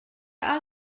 are